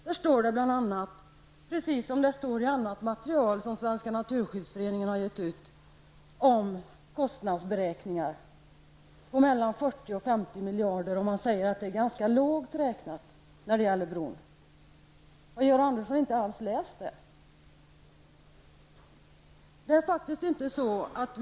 Där står det bl.a., precis som det gör i annat material som Svenska Naturskyddsförening har gett ut, om kostnadsberäkningar på mellan 40 och 50 miljarder. Man säger att det är ganska lågt räknat när det gäller bron. Har Georg Andersson inte alls läst detta?